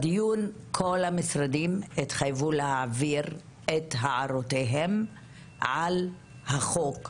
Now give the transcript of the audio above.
בדיון כל המשרדים התחייבו להעביר את הערותיהם על החוק,